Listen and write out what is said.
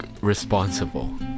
responsible